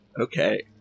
Okay